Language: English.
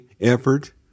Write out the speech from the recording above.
effort